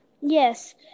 Yes